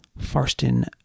Farston